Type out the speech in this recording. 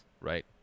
Right